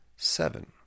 seven